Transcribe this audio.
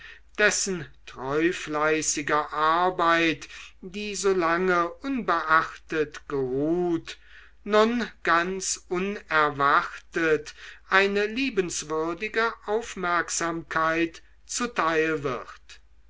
dessen treufleißiger arbeit die so lange unbeachtet geruht nun ganz unerwartet eine liebenswürdige aufmerksamkeit zuteil wird